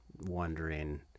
wondering